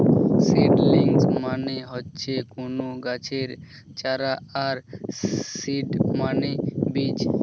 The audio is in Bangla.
সিডলিংস মানে হচ্ছে কোনো গাছের চারা আর সিড মানে বীজ